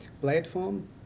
platform